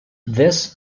this